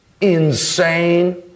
insane